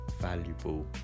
valuable